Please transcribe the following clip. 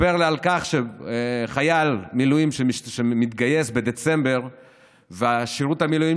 שסיפר לי שחייל מילואים שמתגייס בדצמבר ושירות המילואים